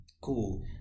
cool